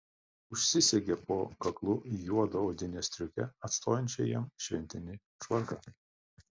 užsisegė po kaklu juodą odinę striukę atstojančią jam šventinį švarką